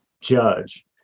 judge